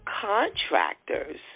contractors